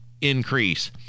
increase